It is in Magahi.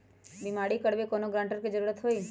बिमा करबी कैउनो गारंटर की जरूरत होई?